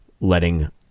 letting